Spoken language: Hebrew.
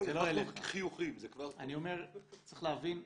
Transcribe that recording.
צריך להבין.